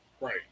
right